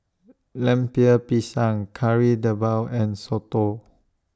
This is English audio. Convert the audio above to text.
Lemper Pisang Kari Debal and Soto